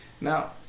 Now